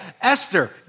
Esther